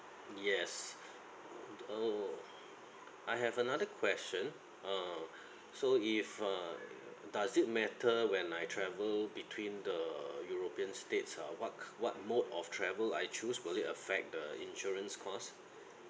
yes oh I have another question uh so if uh does it matter when I travel between the european states ah what k~ what mode of travel I choose will it affect the insurance cost